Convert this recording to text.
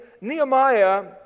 Nehemiah